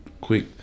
quick